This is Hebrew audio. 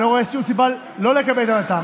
אני לא רואה שום סיבה לא לקבל את עמדתם.